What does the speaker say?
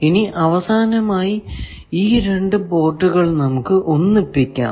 ഇനി അവസാനമായി ഈ രണ്ടു പോർട്ടുകൾ നമുക്ക് ഒന്നിപ്പിക്കാം